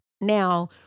Now